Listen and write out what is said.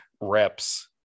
reps